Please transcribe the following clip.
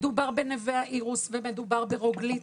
מדובר ב- "נווה האירוס" ומדובר ב- "רוגלית"